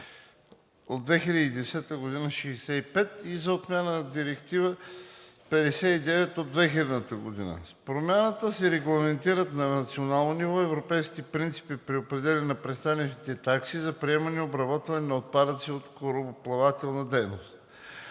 2010/65/ЕС и за отмяна на Директива 2000/59/ЕО. С промяната се регламентират на национално ниво европейските принципи при определянето на пристанищните такси за приемане и обработване на отпадъци от корабоплавателната дейност.